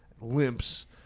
limps